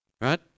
right